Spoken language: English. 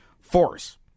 Force